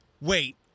Wait